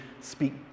speak